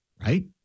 right